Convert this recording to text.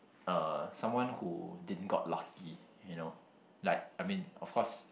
uh someone who didn't got lucky you know like I mean of course